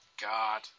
God